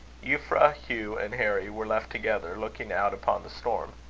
euphra, hugh, and harry were left together, looking out upon the storm.